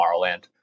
Tomorrowland